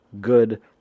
Good